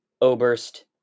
Oberst